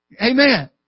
Amen